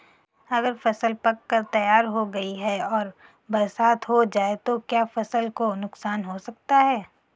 अगर फसल पक कर तैयार हो गई है और बरसात हो जाए तो क्या फसल को नुकसान हो सकता है?